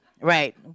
Right